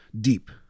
deep